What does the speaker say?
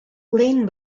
lane